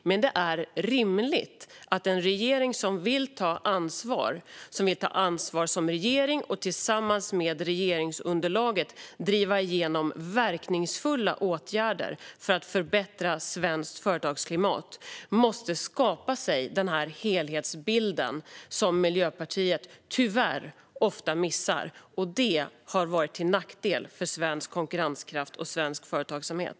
Men en regering som vill ta ansvar som regering och tillsammans med regeringsunderlaget driva igenom verkningsfulla åtgärder för att förbättra svenskt företagsklimat måste skapa sig den här helhetsbilden. Den har Miljöpartiet tyvärr ofta missat, och det har varit till nackdel för svensk konkurrenskraft och svensk företagsamhet.